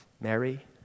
Mary